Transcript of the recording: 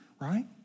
right